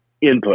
input